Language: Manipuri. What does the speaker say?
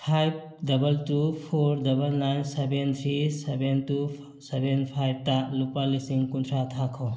five double two four double nine seven three seven two seven ꯐꯥꯏꯚꯇ ꯂꯨꯄꯥ ꯂꯤꯁꯤꯡ ꯀꯨꯟꯊ꯭ꯔꯥ ꯊꯥꯈꯣ